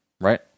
right